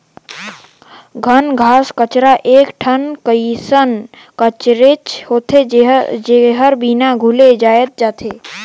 बन, घास कचरा एक ठन कइसन कचरेच होथे, जेहर बिना बुने जायम जाथे